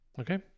Okay